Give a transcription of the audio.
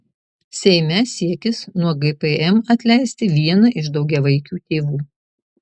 seime siekis nuo gpm atleisti vieną iš daugiavaikių tėvų